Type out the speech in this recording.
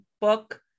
book